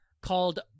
called